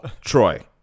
Troy